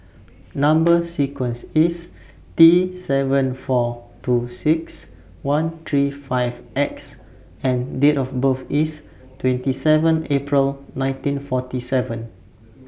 Number sequence IS T seven four two six one three five X and Date of birth IS twenty seven April nineteen forty seven